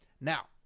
now